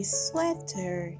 sweater